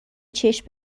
چشم